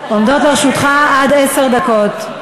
עומדות לרשותך עד עשר דקות.